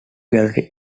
gallery